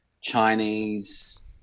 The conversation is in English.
Chinese